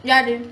யாரு:yaaru